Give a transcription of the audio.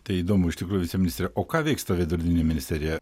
tai įdomu iš tikrųjų viceministre o ką veiks ta veidrodinė ministerija